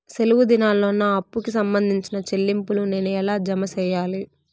సెలవు దినాల్లో నా అప్పుకి సంబంధించిన చెల్లింపులు నేను ఎలా జామ సెయ్యాలి?